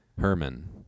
Herman